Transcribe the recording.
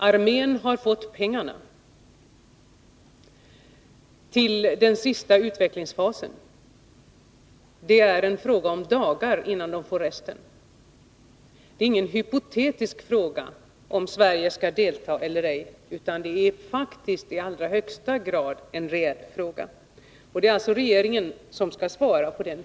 Armén har fått pengar till den sista utvecklingsfasen för full produktion. Det är nu en fråga om dagar innan man får resten. Om Sverige skall delta eller ej är faktiskt ingen hypotetisk fråga, utan det är i allra högsta grad en reell fråga. Det är regeringen som skall svara på den.